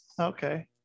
okay